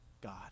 God